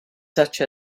such